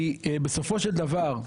כי בסופו של דבר,